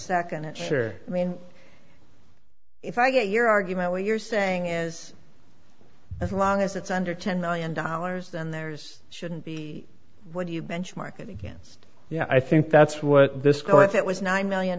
second and sure i mean if i get your argument what you're saying is as long as it's under ten million dollars then there's shouldn't be what do you benchmark it against yeah i think that's what this court that was nine million